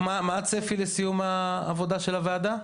רק מה הצפי לסיום העבודה של הוועדה?